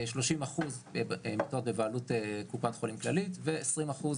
30% מיטות בבעלות קופת חולים כללית ו-20%